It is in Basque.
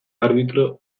arbitro